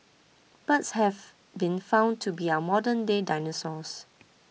birds have been found to be our modernday dinosaurs